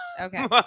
Okay